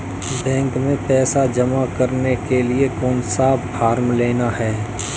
Bank में पैसा जमा करने के लिए कौन सा फॉर्म लेना है?